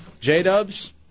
J-Dubs